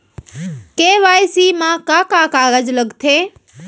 KYC मा का का कागज लगथे?